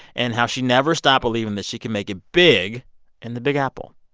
and how she never stopped believing that she could make it big in the big apple.